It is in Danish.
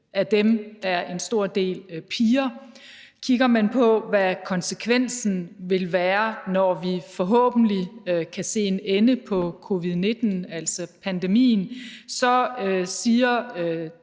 af dem er en stor del piger. Kigger man på, hvad konsekvensen vil være, når vi forhåbentlig kan se en ende på covid-19, altså pandemien, siger